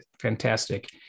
Fantastic